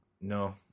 No